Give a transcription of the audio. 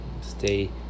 stay